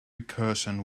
recursion